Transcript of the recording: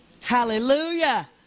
Hallelujah